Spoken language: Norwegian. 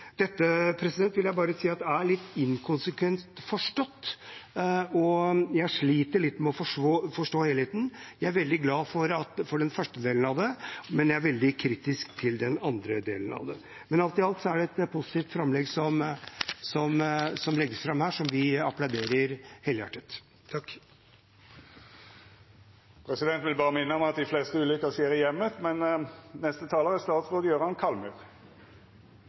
vil jeg bare si er litt inkonsekvent, og jeg sliter litt med å forstå helheten. Jeg er veldig glad for den første delen av det, men jeg er veldig kritisk til den andre delen av det. Men alt i alt er det et positivt forslag som legges fram her, som vi applauderer helhjertet. Presidenten vil berre minna om at dei fleste ulykkene skjer i heimen! Straffegjennomføring med elektronisk kontroll har nå vært praktisert i Norge i elleve år, og erfaringene med denne gjennomføringsformen er